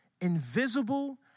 invisible